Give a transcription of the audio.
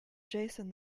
jason